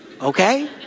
Okay